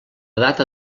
data